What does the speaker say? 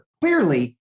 clearly